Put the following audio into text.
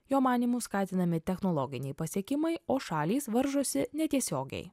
jo manymu skatinami technologiniai pasiekimai o šalys varžosi netiesiogiai